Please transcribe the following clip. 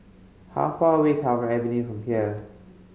how far away is Hougang Avenue from here